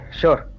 sure